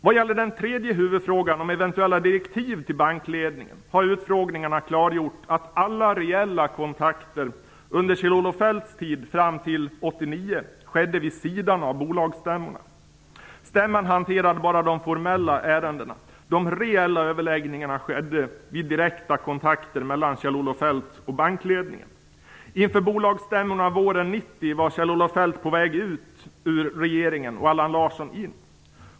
Vad gäller den tredje huvudfrågan om eventuella direktiv till bankledningen har utfrågningarna klargjort att alla reella kontakter under Kjell-Olof Feldts tid, fram till 1989, skedde vid sidan av bolagsstämmorna. Stämman hanterade bara de formella ärendena. De reella överläggningarna skedde vid direkta kontakter mellan Kjell-Olof Feldt och bankledningen.